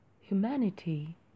humanity